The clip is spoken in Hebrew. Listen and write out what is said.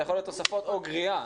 תוספות או גריעה,